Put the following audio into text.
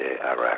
Iraq